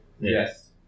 Yes